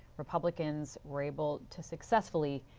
republicans were able to successfully